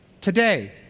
Today